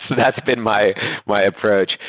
that's been my my approach.